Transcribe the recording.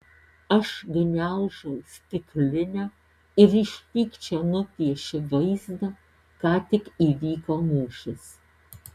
aš gniaužau stiklinę ir iš pykčio nupiešiu vaizdą ką tik įvyko mūšis